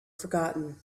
forgotten